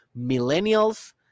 millennials